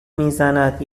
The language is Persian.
میزند